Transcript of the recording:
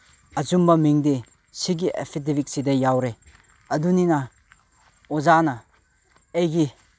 ꯑꯆꯨꯝꯕ ꯃꯤꯡꯗꯤ ꯁꯤꯒꯤ ꯑꯦꯐꯤꯗꯤꯕꯤꯠꯁꯤꯗ ꯌꯥꯎꯔꯦ ꯑꯗꯨꯅꯤꯅ ꯑꯣꯖꯥꯅ ꯑꯩꯒꯤ